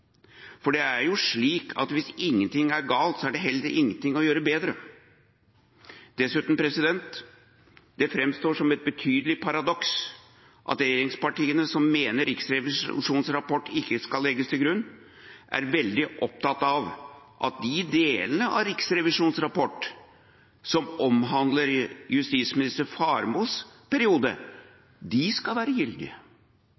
for det er jo slik at hvis ingenting er galt, er det heller ingenting å gjøre bedre. Dessuten fremstår det som et betydelig paradoks at regjeringspartiene, som mener Riksrevisjonens rapport ikke skal legges til grunn, er veldig opptatt av at de delene av Riksrevisjonens rapport som omhandler tidligere justisminister Faremos periode som justisminister, er gyldige – men resten av rapporten skal ikke være